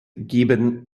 gibbon